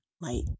light